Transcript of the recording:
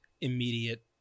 immediate